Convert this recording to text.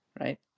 right